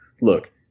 look